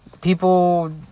People